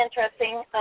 interesting